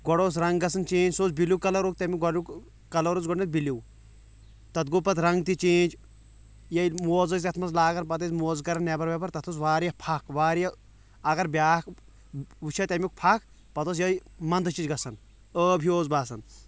گۄڈٕ اوس رنٛگ گَژھان چینج سُہ اوس بِلیٛوٗ کلرُک تَمٮُ۪ک گۅڈٕنٮُ۪ک کلر اوس گۅڈٕنٮ۪تھ بِلیٛوٗ تَتھ گوٚو پتہٕ رنٛگ تہٕ چینج ییٚلہِ موزٕ ٲس اَتھ منٛز لاگان پتہٕ ٲس موزٕ کَڈان نٮ۪بر وٮ۪بر تَتھ اوس واریاہ پھکھ واریاہ اَگر بیٛاکھ وُچھِ ہے تَمیُک پھکھ پتہٕ ٲس یِہےَ منٛدچھ ہِش گَژھان عٲب ہیٛوٗ اوس باسان